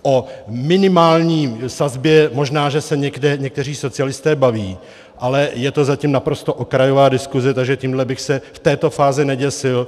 O minimální sazbě, možná, se někteří socialisté baví, ale je to zatím naprosto okrajová diskuse, takže tímhle bych se v této fázi neděsil.